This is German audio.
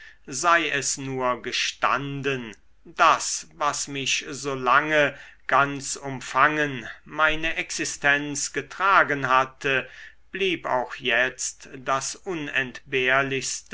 sei es nur gestanden das was mich so lange ganz umfangen meine existenz getragen hatte blieb auch jetzt das unentbehrlichste